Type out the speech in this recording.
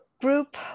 group